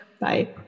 bye